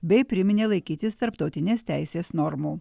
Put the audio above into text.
bei priminė laikytis tarptautinės teisės normų